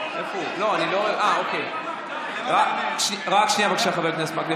רק שנייה, בבקשה, חבר הכנסת מקלב.